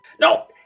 No